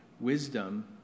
wisdom